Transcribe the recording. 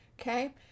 Okay